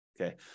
okay